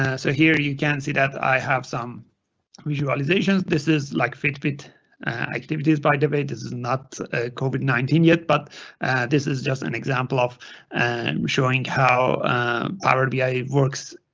ah so here you can see that i have some visualizations. this is like fitbit activities, by the way, this is not covid nineteen yet, but this is just an example of and showing how power bi works.